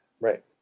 Right